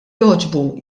jogħġbu